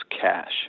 cash